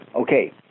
okay